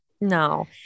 no